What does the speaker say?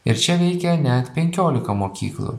ir čia veikia net penkiolika mokyklų